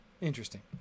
Interesting